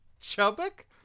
Chubbuck